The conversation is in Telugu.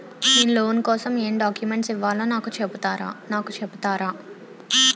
నేను లోన్ కోసం ఎం డాక్యుమెంట్స్ ఇవ్వాలో నాకు చెపుతారా నాకు చెపుతారా?